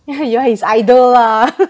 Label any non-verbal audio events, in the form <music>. ya you all his idol ah <laughs>